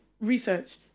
research